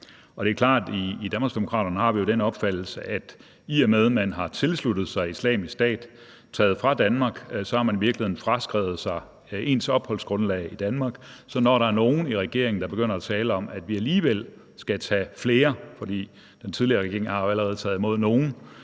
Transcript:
Det er klart, at i Danmarksdemokraterne har vi den opfattelse, at i og med at man har tilsluttet sig Islamisk Stat og taget fra Danmark, har man i virkeligheden fraskrevet sig sit opholdsgrundlag i Danmark. Så når der er nogle i regeringen, der begynder at tale om, at vi alligevel skal hjemtage flere – for regeringen har jo allerede taget imod nogle